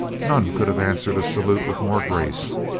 none could have answered a salute with more grace.